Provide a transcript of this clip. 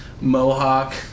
Mohawk